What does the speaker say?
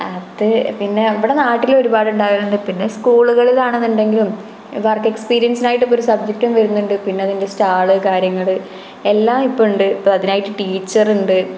അത് പിന്നെ ഇവിടെ നാട്ടിലൊരുപാട് ഉണ്ടാകലുണ്ട് പിന്നെ സ്കൂലുകളിലാണെന്നുണ്ടെങ്കിലും വര്ക്ക് എക്സ്പീരിയന്സിനായിട്ട് ഒരു സബ്ജക്റ്റ് വരുന്നുണ്ട് പിന്നെ അതിന്റെ സ്റ്റാൾ കാര്യങ്ങൾ എല്ലാം ഇപ്പോൾ ഉണ്ട് ഇപ്പോൾ അതിനായിട്ട് ടീച്ചര് ഉണ്ട്